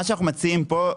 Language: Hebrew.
מה שאנחנו מציעים פה,